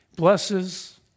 blesses